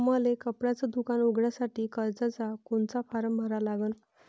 मले कपड्याच दुकान उघडासाठी कर्जाचा कोनचा फारम भरा लागन?